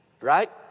right